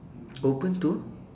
open to